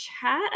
chat